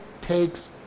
takes